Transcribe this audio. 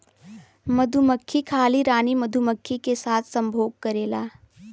मधुमक्खी खाली रानी मधुमक्खी के साथ संभोग करेला